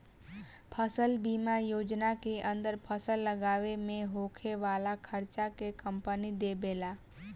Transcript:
फसल बीमा योजना के अंदर फसल लागावे में होखे वाला खार्चा के कंपनी देबेला